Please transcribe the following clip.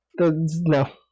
no